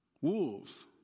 wolves